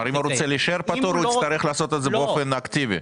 כלומר אם הוא רוצה להישאר פטור הוא יצטרך לעשות את זה באופן אקטיבי?